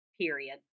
period